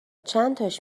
چنتاش